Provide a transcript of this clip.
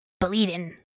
bleeding